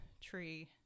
tree